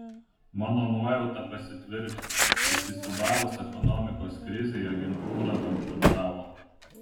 mano nuojauta pasitvirtino įsisiūbavus ekonomikos krizei agentūra bankrutavo